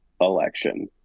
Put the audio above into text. election